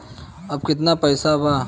अब कितना पैसा बा?